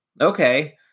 Okay